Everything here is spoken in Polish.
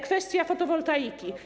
Kwestia fotowoltaiki.